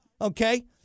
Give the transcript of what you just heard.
okay